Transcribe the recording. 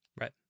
Right